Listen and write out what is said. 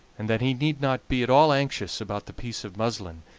and that he need not be at all anxious about the piece of muslin,